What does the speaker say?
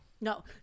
No